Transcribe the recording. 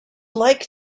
like